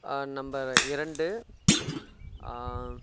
number இரண்டு